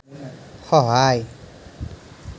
সহায়